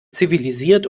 zivilisiert